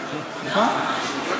נכון?